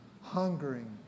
hungering